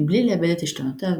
מבלי לאבד את עשתונותיו,